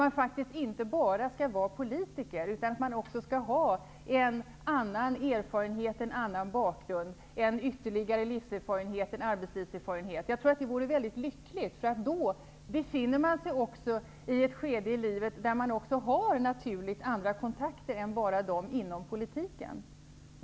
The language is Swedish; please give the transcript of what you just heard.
Man skall inte bara vara politiker, utan man skall också ha en annan erfarenhet, en annan bakgrund, en ytterligare livserfarenhet, en arbetslivserfarenhet. Det vore mycket lyckligt, därför att då befinner man sig i ett skede i livet då man naturligt har andra kontakter än bara dem inom politiken.